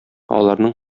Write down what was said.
аларның